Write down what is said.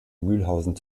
mühlhausen